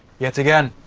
yet again.